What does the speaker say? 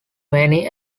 many